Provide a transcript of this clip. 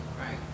Right